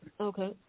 Okay